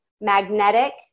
magnetic